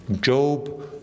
Job